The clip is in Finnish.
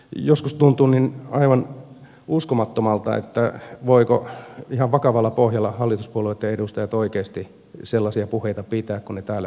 se tuntuu joskus aivan uskomattomalta voivatko ihan vakavalla pohjalla hallituspuolueitten edustajat oikeasti sellaisia puheita pitää kuin he täällä pitävät